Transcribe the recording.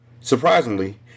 Surprisingly